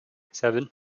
seven